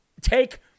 take